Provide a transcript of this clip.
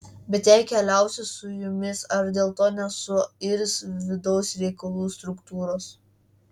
bet jei keliausiu su jumis ar dėl to nesuirs vidaus reikalų struktūros